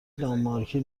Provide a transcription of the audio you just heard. دانمارکی